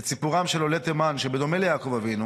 את סיפורם של עולי תימן, שבדומה ליעקב אבינו